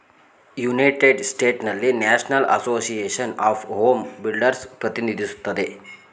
united ಸ್ಟೇಟ್ಸ್ನಲ್ಲಿ national association of home builders ಪ್ರತಿನಿಧಿಸುತ್ತದೆ